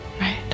Right